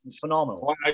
Phenomenal